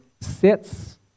sits